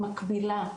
מקבילה,